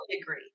agree